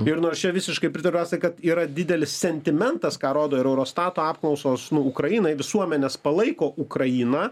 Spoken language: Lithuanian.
ir nors čia visiškai pritariurasai kad yra didelis sentimentas ką rodo ir eurostato apklausos nu ukrainai visuomenės palaiko ukrainą